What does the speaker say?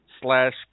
slash